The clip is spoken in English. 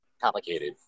complicated